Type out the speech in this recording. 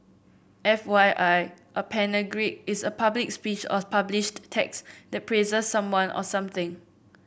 F Y I a panegyric is a public speech or published text that praises someone or something